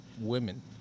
women